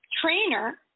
trainer